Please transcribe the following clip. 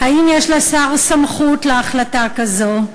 1. האם יש לשר סמכות להחלטה כזו?